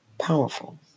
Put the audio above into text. powerful